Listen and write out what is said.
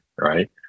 right